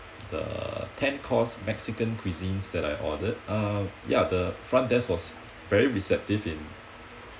the ten course mexican cuisines that I ordered uh ya the front desk was very receptive in